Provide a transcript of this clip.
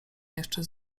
jeszcze